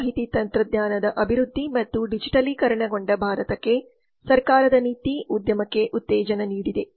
ಮಾಹಿತಿ ತಂತ್ರಜ್ಞಾನದ ಅಭಿವೃದ್ಧಿ ಮತ್ತು ಡಿಜಿಟಲೀಕರಣಗೊಂಡ ಭಾರತಕ್ಕೆ ಸರ್ಕಾರದ ನೀತಿ ಉದ್ಯಮಕ್ಕೆ ಉತ್ತೇಜನ ನೀಡಿದೆ